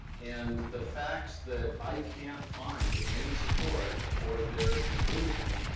and the fact that i can't find any support for their conclusion,